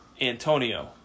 Antonio